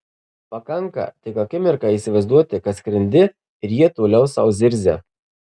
pakanka tik akimirką įsivaizduoti kad skrendi ir jie toliau sau zirzia